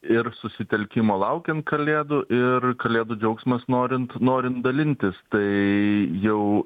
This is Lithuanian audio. ir susitelkimo laukiant kalėdų ir kalėdų džiaugsmas norint norint dalintis tai jau